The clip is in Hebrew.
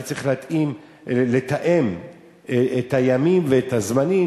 ואני צריך לתאם את הימים ואת הזמנים,